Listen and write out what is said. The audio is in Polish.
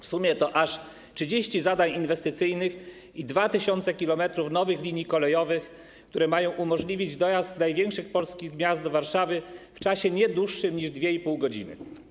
W sumie to aż 30 zadań inwestycyjnych i 2 tys. km nowych linii kolejowych, które mają umożliwić dojazd z największych polskich miast do Warszawy w czasie nie dłuższym niż 2,5 godziny.